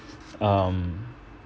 um